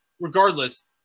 regardless